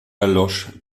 erlosch